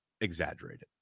exaggerated